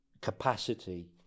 capacity